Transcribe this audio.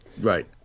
right